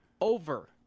over